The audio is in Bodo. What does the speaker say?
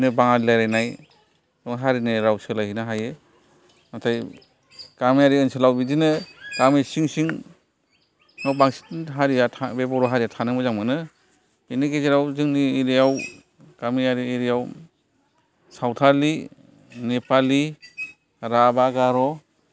बिदिनो बाङालि रायलायनाय हारिनि राव सोलायनो हायो नाथाय गामियारि ओनसोलाव बिदिनो गामि सिं सिङावव बांसिन हारिया बे बर' हारिया थानो मोजां मोनो बेनि गेजेराव जोंनि एरियाव गामियारि एरियाव सावथालि नेपालि राभा गार'